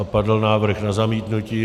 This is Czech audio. Padl návrh na zamítnutí.